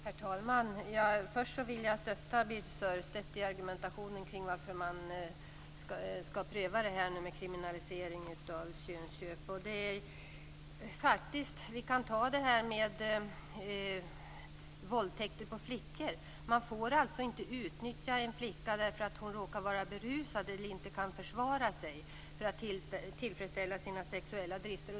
Herr talman! Först vill jag stötta Birthe Sörestedt i argumentationen kring varför man skall pröva kriminalisering av könsköp. Vi kan ta det här med våldtäkter på flickor. Man får alltså inte utnyttja en flicka som råkar vara berusad eller inte kan försvara sig för att tillfredsställa sina sexuella drifter.